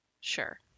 Sure